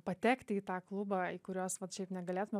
patekti į tą klubą į kuriuos vat šiaip negalėtume